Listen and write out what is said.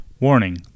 Warning